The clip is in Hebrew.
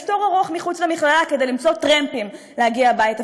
יש תור ארוך מחוץ למכללה כדי למצוא טרמפים להגיע הביתה,